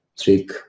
trick